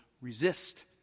Resist